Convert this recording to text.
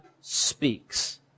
speaks